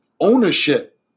ownership